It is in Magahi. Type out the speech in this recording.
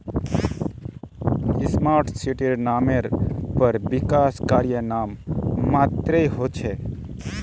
स्मार्ट सिटीर नामेर पर विकास कार्य नाम मात्रेर हो छेक